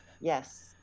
Yes